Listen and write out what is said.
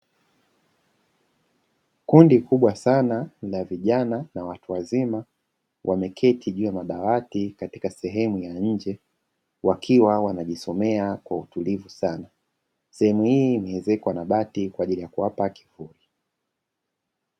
Kundi kubwa sana la vijana na watu wazima wameketi juu ya madawati katika sehemu ya nje, wakiwa wanajisomea kwa utulivu sana, sehemu hii imeezekwa na bati kwa ajili ya kuwapa kivuli.